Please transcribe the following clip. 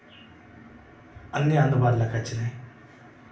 అన్ని అందుబాటులో కొచ్చినాయ్